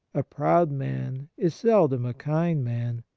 a proud man is seldom a kind man.